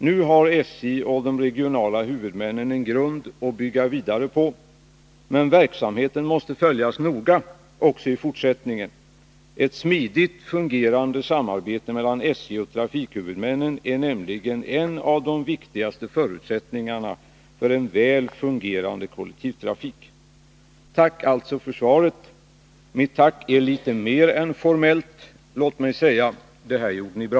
Nu har SJ och de regionala huvudmännen en grund att bygga vidare på. Men verksamheten måste följas noga också i fortsättningen. Ett smidigt fungerande samarbete mellan SJ och trafikhuvudmännen är nämligen en av de viktigaste förutsättningarna för en väl fungerande kollektivtrafik. Tack alltså för svaret. Mitt tack är litet mer än formellt. Låt mig säga: Det här gjorde ni bra!